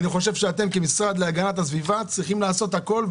אני חושב שאתם כמשרד להגנת הסביבה צריכים לעשות הכול,